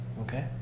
okay